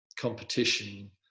competition